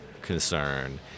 concern